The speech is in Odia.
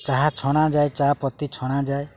ଚାହା ଛଣାାଯାଏ ଚାହା ପତି ଛଣାାଯାଏ